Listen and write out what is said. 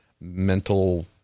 mental